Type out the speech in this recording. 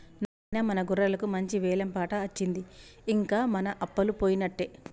నాయిన మన గొర్రెలకు మంచి వెలం పాట అచ్చింది ఇంక మన అప్పలు పోయినట్టే